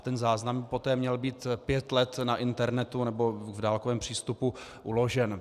Ten záznam by poté měl být pět let na internetu nebo v dálkovém přístupu uložen.